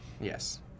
Yes